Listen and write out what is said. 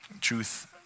Truth